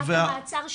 בחלופת מעצר 'שיטה',